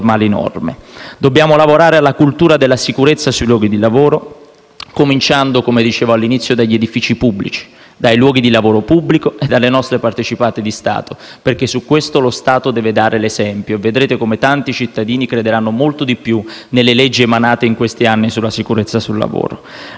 normative. Dobbiamo lavorare alla cultura della sicurezza sui luoghi di lavoro, cominciando, come dicevo all'inizio, dagli edifici pubblici, dai luoghi di lavoro pubblico e dalle nostre partecipate di Stato, perché su questo lo Stato deve dare l'esempio e vedrete come tanti cittadini crederanno molto di più nelle leggi emanate in questi anni sulla sicurezza sul lavoro.